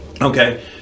Okay